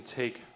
take